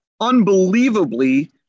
unbelievably